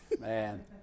Man